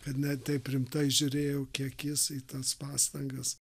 kad ne taip rimtai žiūrėjau į akis į tas pastangas